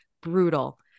brutal